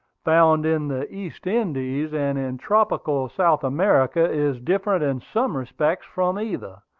found in the east indies and in tropical south america, is different in some respects from either.